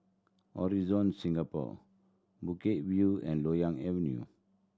Horizon Singapore Bukit View and Loyang Avenue